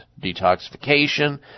detoxification